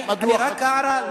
אני רק הערה.